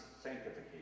sanctification